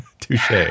touche